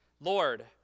Lord